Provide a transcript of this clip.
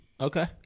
Okay